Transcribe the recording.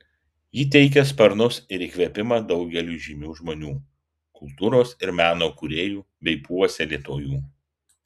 ji teikė sparnus ir įkvėpimą daugeliui žymių žmonių kultūros ir meno kūrėjų bei puoselėtojų